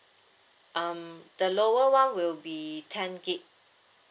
um the lower one will be ten gig